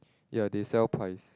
ya they sell pies